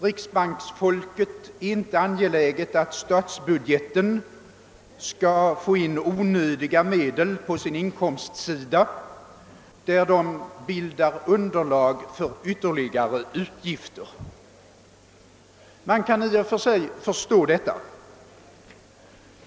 Riksbanksfolket är inte angeläget att statsbudgeten skall få in onödiga medel på sin inkomstsida där de bildar underlag för ytterligare utgifter. Man kan i och för sig förstå detta.